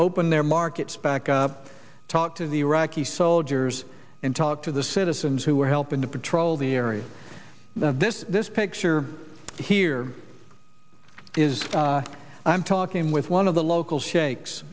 open their markets back talk to the iraqi soldiers and talk to the citizens who are helping to patrol the area of this this picture here is i'm talking with one of the local shakes